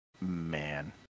man